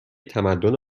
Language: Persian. تمدن